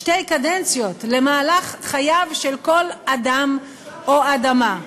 שתי קדנציות למהלך חייו של כל אדם או אדמה.